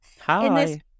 Hi